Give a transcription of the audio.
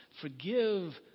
Forgive